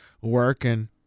working